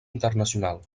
internacional